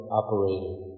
operating